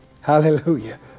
Hallelujah